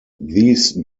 these